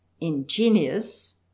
INGENIOUS